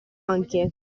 anche